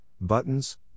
buttons